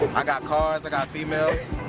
i got cars, i got females.